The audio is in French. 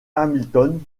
hamilton